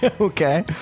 Okay